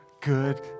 good